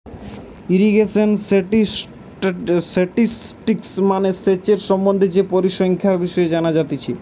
irrigation statistics মানে সেচের সম্বন্ধে যে পরিসংখ্যানের বিষয় জানা যাতিছে